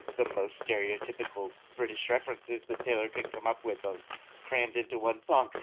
the most stereotypical british references that taylor could come up with on crammed into one song.